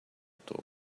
topo